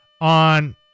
on